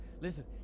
Listen